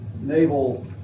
naval